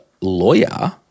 lawyer